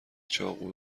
چاقو